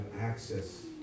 access